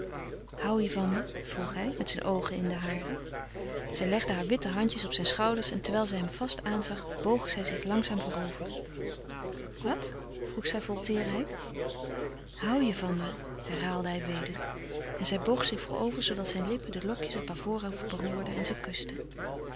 hoû je van me vroeg hij met zijn oogen in de hare zij legde haar witte handjes op zijn schouders en terwijl zij hem vast aanzag boog zij zich langzaam voorover wat vroeg zij vol teêrheid hoû je van me herhaalde hij weder en zij boog zich voorover zoodat zijn lippen de lokjes op haar voorhoofd beroerden en ze kusten